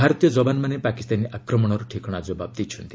ଭାରତୀୟ ଯବାନମାନେ ପାକିସ୍ତାନୀ ଆକ୍ରମଣର ଠିକଣା ଯବାବ ଦେଇଛନ୍ତି